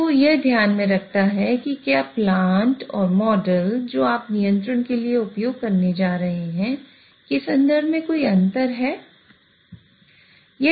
तो यह ध्यान में रखता है कि क्या प्लांट और मॉडल जो आप नियंत्रण के लिए उपयोग करने जा रहे हैं के संदर्भ में कोई अंतर है